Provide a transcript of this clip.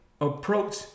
approach